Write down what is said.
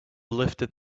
lifted